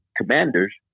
commanders